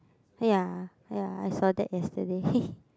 ya ya I saw that yesterday